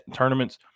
tournaments